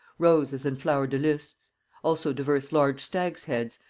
roses and flower-de-luces also divers large stags heads,